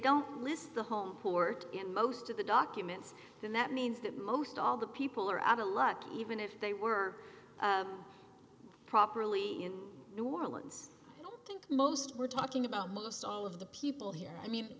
don't list the home port in most of the documents then that means that most all the people are out a lot even if they were properly in new orleans think most we're talking about most all of the people here i mean